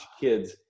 kids